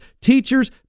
teachers